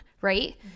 right